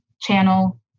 channel